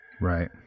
right